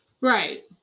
Right